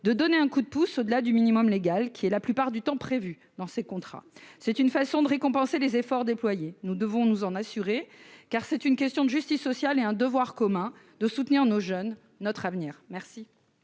de donner un coup de pouce au-delà du minimum légal qui est la plupart du temps prévu dans ces contrats. C'est une manière de récompenser les efforts déployés. Nous devons y veiller, car c'est une question de justice sociale et un devoir commun que de soutenir nos jeunes, notre avenir.